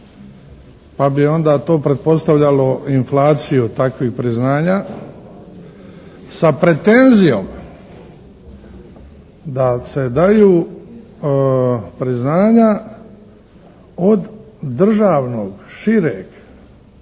Pa bi onda to pretpostavljalo inflaciju takvih priznanja sa pretenzijom da se daju priznanja od državnog, šireg,